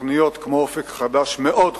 תוכניות כמו "אופק חדש" הן מאוד חשובות,